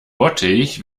bottich